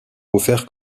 offert